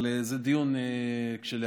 אבל זה דיון כשלעצמו.